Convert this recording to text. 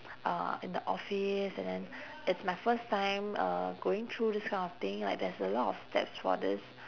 uh in the office and then it's my first time uh going through this kind of thing like there's a lot of steps for this